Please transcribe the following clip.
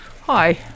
hi